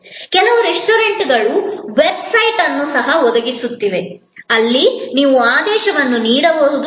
ಕೆಲವು ರೆಸ್ಟೋರೆಂಟ್ಗಳು ವೆಬ್ಸೈಟ್ ಅನ್ನು ಸಹ ಒದಗಿಸುತ್ತಿವೆ ಅಲ್ಲಿ ನೀವು ಆದೇಶವನ್ನು ನೀಡಬಹುದು